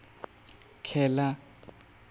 খেলা